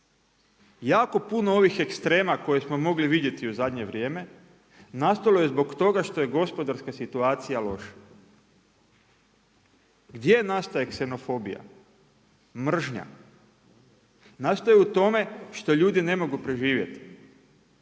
Jako puno ovih ekstrema koje smo mogli vidjeti u zadnje vrijeme, nastalo je zbog toga što je gospodarska situacija loša. Gdje nastaje ksenofobija, mržnja? Nastaje u tome što ljudi ne mogu preživjeti.